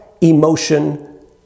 emotion